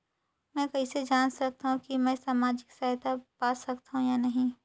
मै कइसे जान सकथव कि मैं समाजिक सहायता पा सकथव या नहीं?